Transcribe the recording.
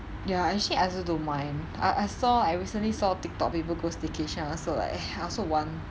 ya actually I also don't mind I I saw I recently saw Tik tok people go staycation I also like I also want